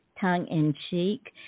tongue-in-cheek